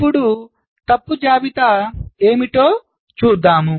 ఇప్పుడు తప్పు జాబితా ఏమిటో చూద్దాం